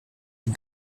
but